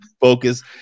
focus